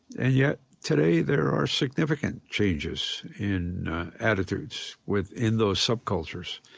and yet today there are significant changes in attitudes within those subcultures.